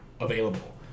available